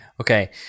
Okay